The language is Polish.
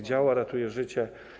Działa, ratuje życie.